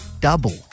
Double